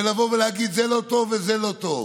ולבוא ולהגיד: זה לא טוב וזה לא טוב.